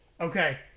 Okay